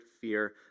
fear